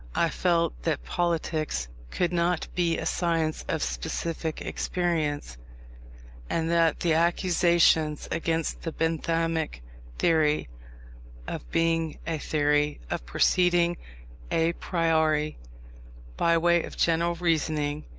i felt that politics could not be a science of specific experience and that the accusations against the benthamic theory of being a theory, of proceeding a priori by way of general reasoning,